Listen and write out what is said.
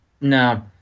No